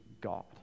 God